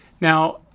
Now